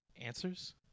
Answers